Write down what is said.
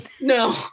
no